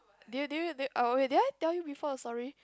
did you did you uh wait did I tell you before sorry